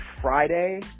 Friday